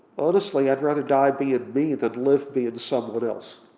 honestly, i'd rather die being me than live being someone else